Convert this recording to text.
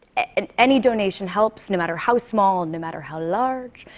and any donation helps, no matter how small and no matter how large,